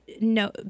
no